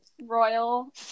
royal